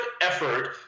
effort